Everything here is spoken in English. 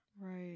Right